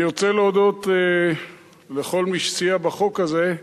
אני רוצה להודות לכל מי שסייע בחוק הזה,